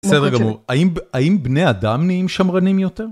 בסדר גמור, האם בני אדם נהיים שמרנים יותר?